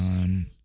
on